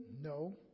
No